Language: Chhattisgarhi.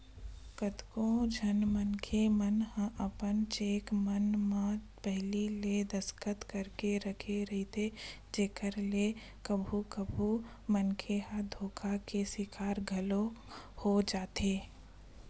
कतको झन मनखे मन ह अपन चेक मन म पहिली ले दस्खत करके राखे रहिथे जेखर ले कभू कभू मनखे ह धोखा के सिकार घलोक हो जाथे